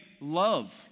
love